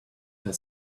her